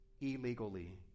illegally